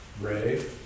Ray